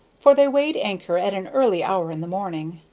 for they weighed anchor at an early hour in the morning.